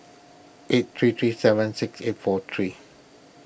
eight three three seven six eight four three